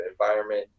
environment